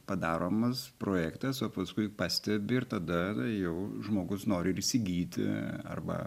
padaromas projektas o paskui pastebi ir tada jau žmogus nori ir įsigyti arba